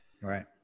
Right